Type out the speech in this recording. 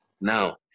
Now